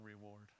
reward